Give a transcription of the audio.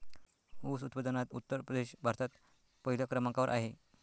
ऊस उत्पादनात उत्तर प्रदेश भारतात पहिल्या क्रमांकावर आहे